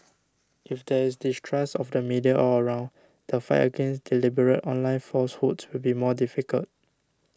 if there is distrust of the media all around the fight against deliberate online falsehoods will be more difficult